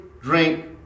drink